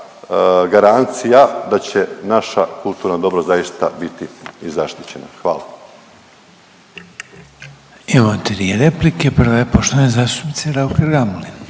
garancija da će naša kulturna dobra zaista biti i zaštićena. Hvala.